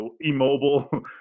immobile